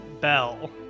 Bell